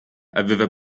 aveva